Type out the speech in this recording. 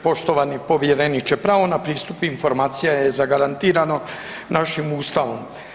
Poštovani povjereniče, pravo na pristup informacija je zagarantirano našim Ustavom.